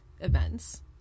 events